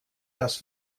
das